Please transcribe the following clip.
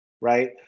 right